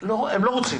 תקשיב לי: הם לא רוצים.